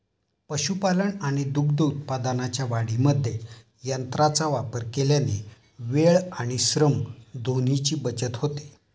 पशुपालन आणि दूध उत्पादनाच्या वाढीमध्ये यंत्रांचा वापर केल्याने वेळ आणि श्रम दोन्हीची बचत होते